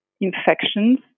infections